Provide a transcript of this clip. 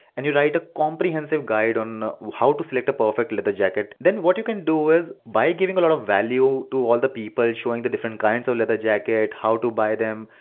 and you write a comprehensive guide on how to select the perfect leather jacket, then what you can do is, by giving a lot of value to all the people, showing the different kinds of leather jacket, how to buy them,